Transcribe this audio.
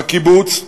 בקיבוץ,